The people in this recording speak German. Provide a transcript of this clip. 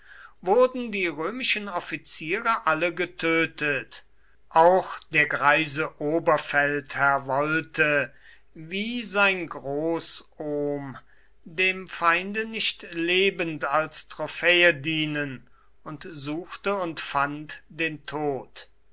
wurden die römischen offiziere alle getötet auch der greise oberfeldherr wollte wie sein großohm dem feinde nicht lebend als trophäe dienen und suchte und fand den tod